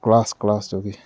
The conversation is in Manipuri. ꯀ꯭ꯂꯥꯁ ꯀ꯭ꯂꯥꯁꯇꯨꯒꯤ